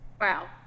Wow